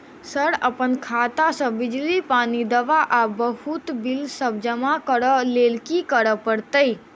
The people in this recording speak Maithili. सर अप्पन खाता सऽ बिजली, पानि, दवा आ बहुते बिल सब जमा करऽ लैल की करऽ परतै?